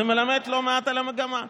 זה מלמד לא מעט על המגמה.